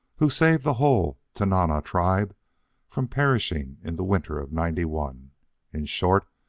who saved the whole tanana tribe from perishing in the winter of ninety one in short,